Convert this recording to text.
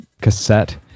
cassette